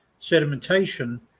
sedimentation